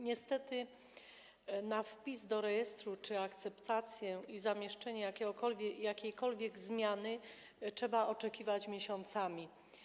Niestety na wpis do rejestru czy akceptację i zamieszczenie jakiejkolwiek zmiany trzeba oczekiwać miesiącami.